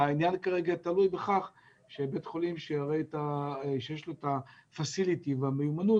העניין כרגע תלוי בכך שבית חולים שיראה שיש לו את הכלים והמיומנות,